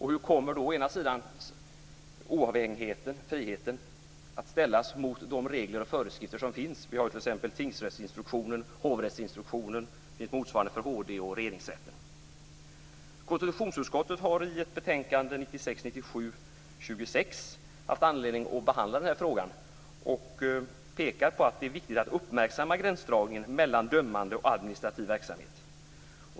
Hur kommer oavhängigheten att ställas mot de regler och föreskrifter som finns? Vi har t.ex. tingsrättsinstruktionen och hovrättsinstruktionen, och motsvarande instruktioner finns för HD och Regeringsrätten. 1996/97:KU26 behandlat frågan och pekar på att det är viktigt att uppmärksamma gränsdragningen mellan dömande och administrativ verksamhet.